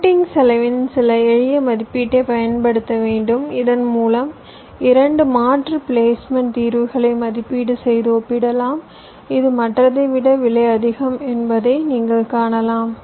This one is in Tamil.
ரூட்டிங் செலவின் சில எளிய மதிப்பீட்டை பயன்படுத்த வேண்டும் இதன்மூலம் 2 மாற்று பிளேஸ்மெண்ட் தீர்வுகளை மதிப்பீடு செய்து ஒப்பிடலாம் இது மற்றதை விட விலை அதிகம் என்பதை நீங்கள் காணலாம்